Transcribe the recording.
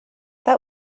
that